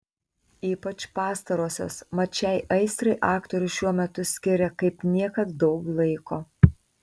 ypač pastarosios mat šiai aistrai aktorius šiuo metu skiria kaip niekad daug laiko